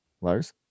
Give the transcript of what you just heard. lars